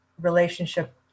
relationship